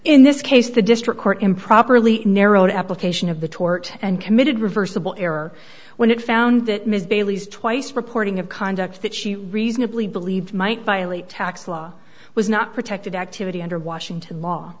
in this case the district court improperly narrowed application of the tort and committed reversible error when it found that ms bailey's twice reporting of conduct that she reasonably believed might violate tax law was not protected activity under washington law